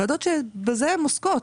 ועדות שבזה הן עוסקות,